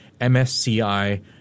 MSCI